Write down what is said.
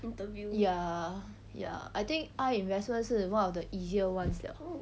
ya ya I think eye investment 是 one of the easier ones 了